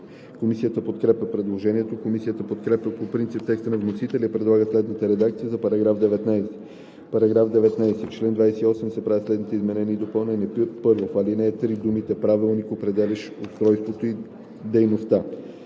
Комисията подкрепя предложението. Комисията подкрепя по принцип текста на вносителя и предлага следната редакция за § 19: „§ 19. В чл. 28 се правят следните изменения и допълнения: 1. В ал. 3 думите „правилник, определящ устройството, дейността“